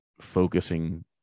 focusing